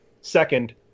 second